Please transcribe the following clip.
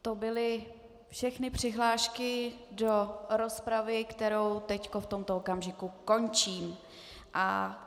To byly všechny přihlášky do rozpravy, kterou teď v tomto okamžiku končím.